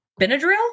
Benadryl